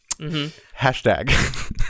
Hashtag